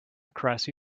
grassy